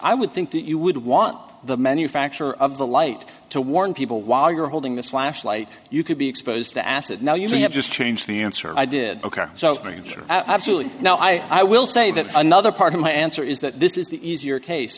i would think that you would want the manufacturer of the light to warn people while you're holding this flashlight you could be exposed to acid now you have just changed the answer i did ok so absolutely now i will say that another part of my answer is that this is the easier case